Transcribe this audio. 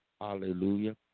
hallelujah